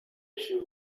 issue